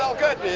ah good